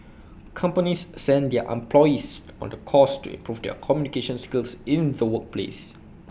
companies send their employees on the course to improve their communication skills in the workplace